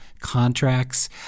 contracts